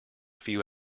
few